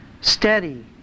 steady